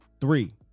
three